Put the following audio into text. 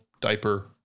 diaper